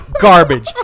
garbage